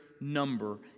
number